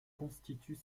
constitue